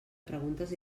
preguntes